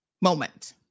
moment